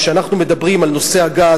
כשאנחנו מדברים על נושא הגז,